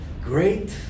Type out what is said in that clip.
great